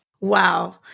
Wow